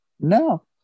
No